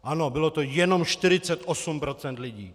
Ano, bylo to jenom 48 % lidí.